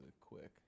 quick